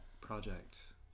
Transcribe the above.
project